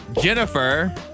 Jennifer